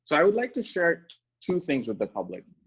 so i would like to share two things with the public.